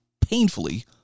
painfully